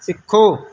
ਸਿੱਖੋ